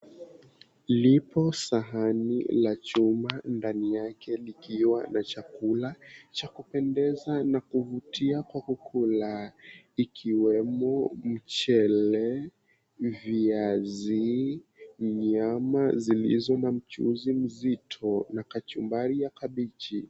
Lipo sahani la chuma ndani yake likiwa na chakula cha kupendeza na kuvutia kwa kukula ikiwemo mchele, viazi, nyama zilizo na mchuzi mzito na kachumbari ya kabichi.